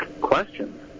questions